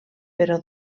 però